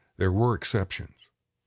there were exceptions.